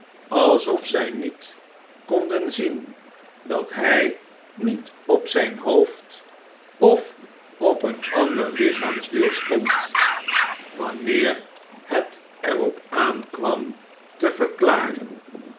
alsof zy niet konden zien dat hy niet op zyn hoofd of op een ander lichaamsdeel stond wanneer het er op aan kwam te verklaren